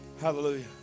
Hallelujah